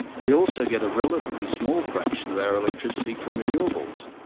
we also get a relatively small fraction of our electricity from renewables,